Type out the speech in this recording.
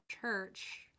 church